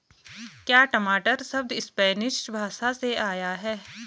क्या टमाटर शब्द स्पैनिश भाषा से आया है?